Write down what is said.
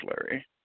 Larry